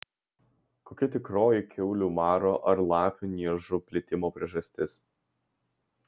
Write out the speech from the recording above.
kokia tikroji kiaulių maro ar lapių niežų plitimo priežastis